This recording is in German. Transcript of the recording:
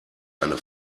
eine